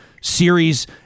series